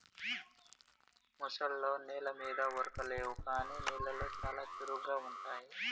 ముసల్లో నెల మీద ఉరకలేవు కానీ నీళ్లలో చాలా చురుగ్గా ఉంటాయి